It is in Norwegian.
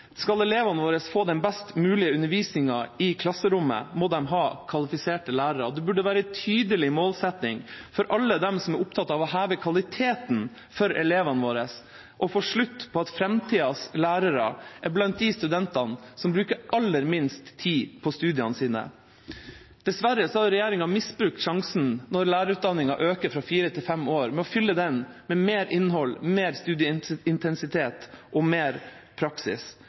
Skal elevene våre få den best mulige undervisningen i klasserommet, må de ha kvalifiserte lærere. Det burde være en tydelig målsetting for alle dem som er opptatt av å heve kvaliteten for elevene våre, å få slutt på at framtidas lærere er blant de studentene som bruker aller minst tid på studiene sine. Dessverre har regjeringa misbrukt sjansen – når lærerutdanningen øker fra fire til fem år – til å fylle den med mer innhold, mer studieintensitet og mer praksis.